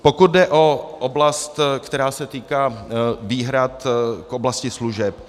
Pokud jde o oblast, která se týká výhrad k oblasti služeb.